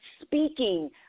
speaking